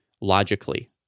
logically